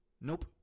Nope